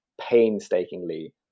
painstakingly